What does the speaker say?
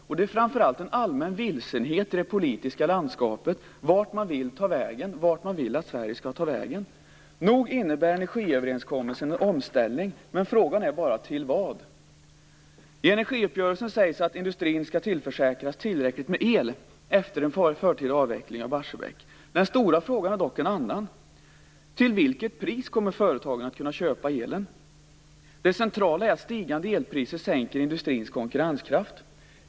Och det är framför allt en allmän vilsenhet i det politiska landskapet när det gäller vart man vill att Sverige skall ta vägen. Nog innebär energiöverenskommelsen en omställning, men frågan är bara till vad. I energiuppgörelsen sägs att industrin skall tillförsäkras tillräckligt med el efter den förtida avvecklingen av Barsebäck. Den stora frågan är dock en annan: Till vilket pris kommer företagarna att kunna köpa elen? Det centrala är att stigande elpriser sänker industrins konkurrenskraft.